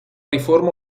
riforma